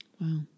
Wow